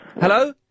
Hello